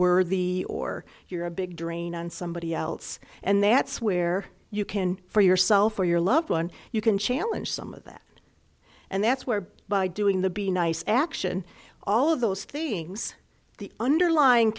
word the or you're a big drain on somebody else and that's where you can for yourself or your loved one you can challenge some of that and that's where by doing the be nice action all of those things the underlying